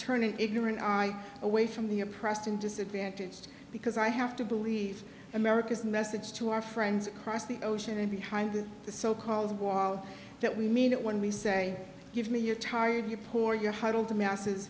turn an ignorant i awake from the oppressed and disadvantaged because i have to believe america's message to our friends across the ocean and behind the so called that we mean it when we say give me your tired your poor your huddled masses